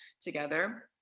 together